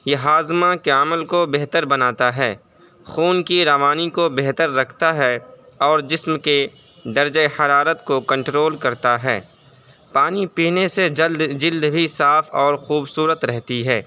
یہ ہاضمہ کے عمل کو بہتر بناتا ہے خون کی روانی کو بہتر رکھتا ہے اور جسم کے درجہ حرارت کو کنٹرول کرتا ہے پانی پینے سے جلد جلد بھی صاف اور خوبصورت رہتی ہے